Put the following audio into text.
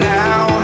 now